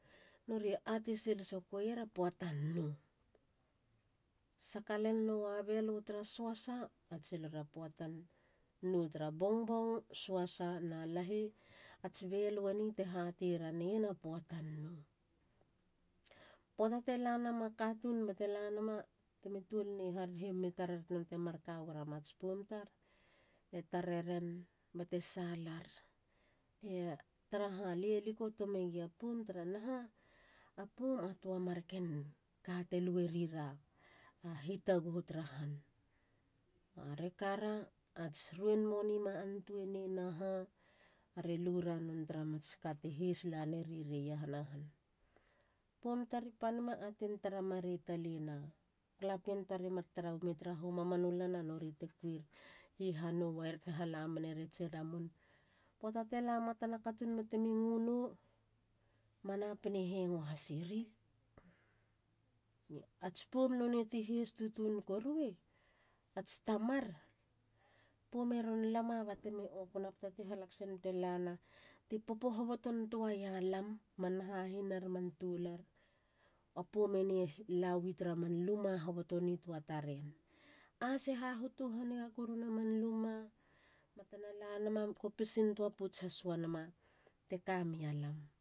Norie ate sil sokueier a puatan nou. saka len nowa belu tara soasa ate silera puatan nou tara bongbong. suasa na lahi. Ats belu eni e hate raneien a puatan nou. Puata te lanama katun bate la nama temi tuol nei harerehehi mi tarer te mar ka war a mats poum tar. e tareren bete salar. taraha lie likoto megia poum taranaha a poum a tua mar ken ka te lue riara a hitaguhu tara han. Are kara ats ruen moni ma antuna nei ha. ha. Are lura ats none tara mats kate heis ia reri ra iahana han. Poum tar ipanima. atein tara marei taleina galapien tar i mar tarau ime tarahan mamanu lan a nori te kuir. hihanou wer. te hala meneri ats ramun. Puata te lama tana katun batemi kunou. ma napine hengo hasiri. Ats poum nonei ti heis tutun korui. ats tamar. poum eron lama batemi opuna puata ti halakaseien bete lana. ti popo hoboton tua ia lam. man hahinar. man toular. a poum eni e lani tara man luma hoboton tua taren. Ase hahotu hanigan tuana man luma batena lanama kopisin tua pouts has nama te ka mia lam.